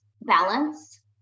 balance